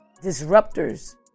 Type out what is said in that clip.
disruptors